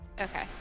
Okay